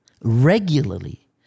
regularly